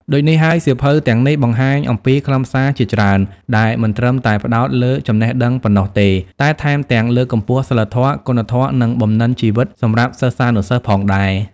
ដូចនេះហើយ សៀវភៅទាំងនេះបង្ហាញអំពីខ្លឹមសារជាច្រើនដែលមិនត្រឹមតែផ្ដោតលើចំណេះដឹងប៉ុណ្ណោះទេ តែថែមទាំងលើកកម្ពស់សីលធម៌ គុណធម៌ និងបំណិនជីវិតសម្រាប់សិស្សានុសិស្សផងដែរ។